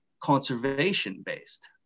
conservation-based